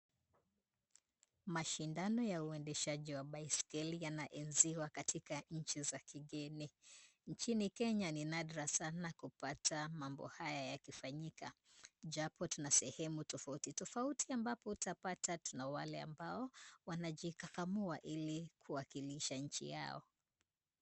Mashindano ya uendeshaji wa baiskeli yanaenziwa katika nchi za kigeni. Nchini Kenya ni nadra sana kupata mambo haya yakifanyika japo tuna sehemu tafauti tafauti ambapo utapata tuna wale ambao wanajikakamua ili kuwakilisha nchi yao.